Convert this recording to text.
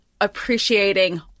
appreciating